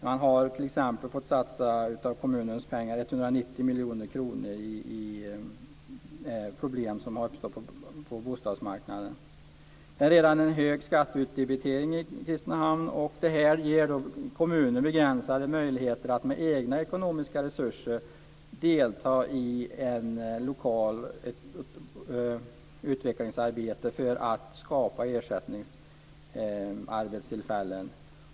190 miljoner kronor av kommunens pengar har satsats i problem som har uppstått på bostadsmarknaden. Skatteutdebiteringen är redan hög i Kristinehamn. Det ger kommunen begränsade möjligheter att med egna ekonomiska resurser delta i ett lokalt utvecklingsarbete för att skapa ersättningsarbetstillfällen.